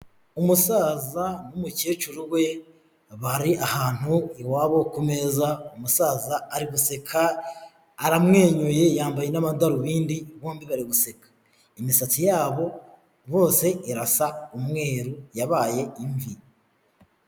Umusaza n'umukecuru we bari ahantu iwabo ku meza umusaza ari guseka aramwenyuye yambaye n'amadarubindi bombi bari guseka. Imisatsi yabo bose irasa umweru yabaye imvi.